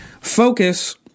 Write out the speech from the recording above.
Focus